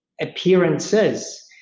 appearances